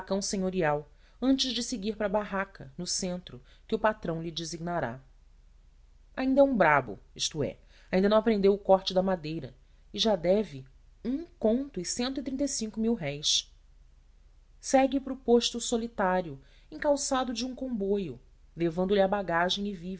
senhorial antes de seguir para a barraca no centro que o patrão lhe designará ainda é um brabo isto é ainda não aprendeu o corte da madeira e já deve um cores segue para o posto solitário encalçado de um comboio levando-lhe a bagagem